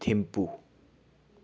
Thimphu